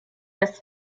das